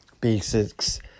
basics